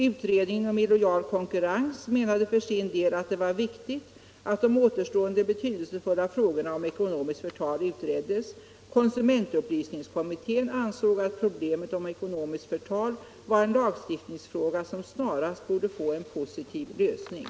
Utredningen om illojal konkurrens uttalade för sin del att det var viktigt att de återstående betydelsefulla frågorna om ekonomiskt förtal utreddes. Konsumentupplysningskommittén ansåg att problemet med ekonomiskt förtal var en lagstiftningsfråga som snarast borde få en positiv lösning.